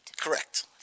Correct